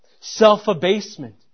Self-abasement